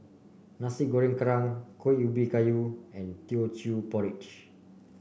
Nasi Goreng Kerang Kuih Ubi Kayu and Teochew Porridge